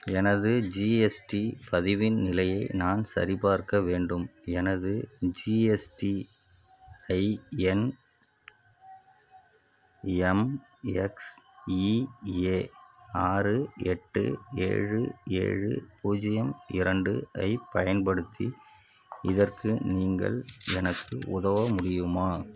எனது ஜிஎஸ்டி பதிவின் நிலையை நான் சரிபார்க்க வேண்டும் எனது ஜிஎஸ்டிஐஎன் எம்எக்ஸ்இஏ ஆறு எட்டு ஏழு ஏழு பூஜ்ஜியம் இரண்டு ஐப் பயன்படுத்தி இதற்கு நீங்கள் எனக்கு உதவ முடியுமா